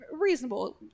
reasonable